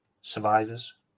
survivors